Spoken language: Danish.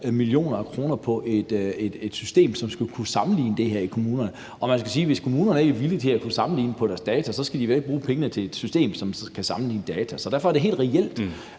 millioner af kroner på et system, som skal kunne sammenligne det her i kommunerne. Og man kan sige, at hvis kommunerne ikke er villige til, at man kan sammenligne på deres data, så skal de da ikke bruge pengene til et system, som kan sammenligne data. Så derfor er det helt reelt,